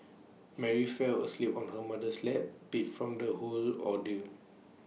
Mary fell asleep on her mother's lap beat from the whole ordeal